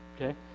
Okay